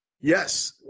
Yes